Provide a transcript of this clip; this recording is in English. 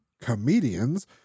comedians